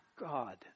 God